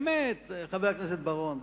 באמת, חבר הכנסת בר-און.